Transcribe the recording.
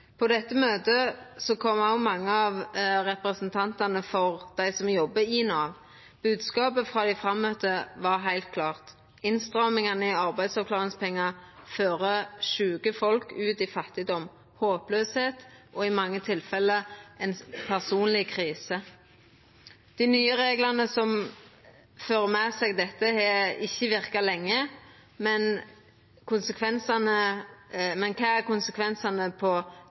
På dette møtet kom òg mange av representantane for dei som jobbar i Nav. Bodskapet frå dei som hadde møtt fram, var heilt klart: Innstrammingane i arbeidsavklaringspengar fører sjuke folk ut i fattigdom, i håpløyse og – i mange tilfelle – i ei personleg krise. Dei nye reglane som fører med seg dette, har ikkje verka lenge, men kva er konsekvensane på